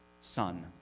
son